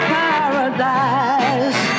paradise